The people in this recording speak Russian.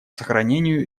сохранению